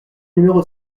numéro